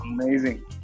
amazing